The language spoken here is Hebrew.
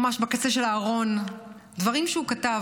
ממש בקצה של הארון, דברים שהוא כתב.